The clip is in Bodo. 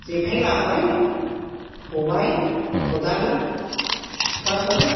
जेखाइ लाबाय खबाइ खदाल सिखाफोर